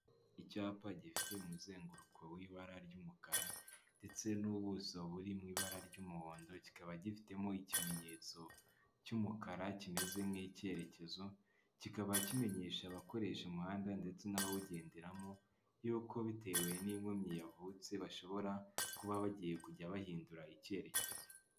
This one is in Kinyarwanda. Icyapa gifite umuzenguruko w'ibara ry'umukara ndetse n'ubuso buri mu ibara ry'umuhondo, kikaba gifitemo ikimenyetso cy'umukara kimeze nk'icyerekezo kikaba kimenyesha abakoresha umuhanda ndetse n'abawugenderamo ,yuko bitewe n'inkomyi yavutse bashobora kuba bagiye kujya bahindura icyerekezo.